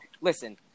Listen